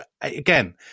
again